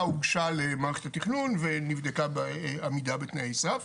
הוגשה למערכת התכנון ונבדקה בעמידה בתנאי הסף.